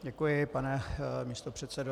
Děkuji, pane místopředsedo.